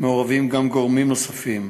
מעורבים גם גורמים נוספים,